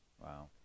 Wow